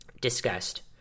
Disgust